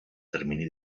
termini